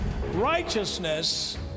Righteousness